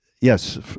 yes